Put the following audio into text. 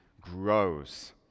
grows